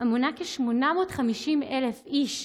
המונה כ-850,000 איש,